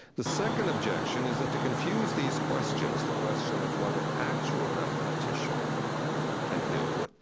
the second objection is that to confuse these questions, the question of what an actual mathematician can do,